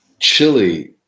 chili